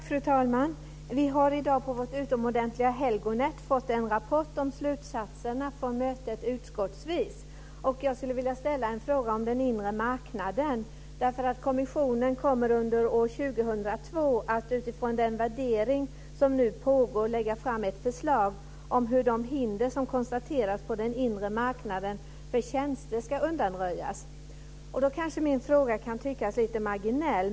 Fru talman! Vi har i dag på vårt utomordentliga Helgonät fått en rapport om slutsatserna från mötet utskottsvis. Jag skulle vilja ställa en fråga om den inre marknaden. Kommissionen kommer under år 2002 att utifrån den värdering som nu pågår lägga fram ett förslag om hur de hinder som konstateras på den inre marknaden för tjänster ska undanröjas. Min fråga kan tyckas marginell.